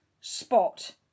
spot